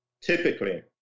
typically